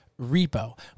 repo